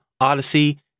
Odyssey